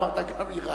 אמרת: גם אירן.